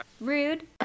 rude